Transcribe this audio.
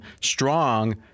strong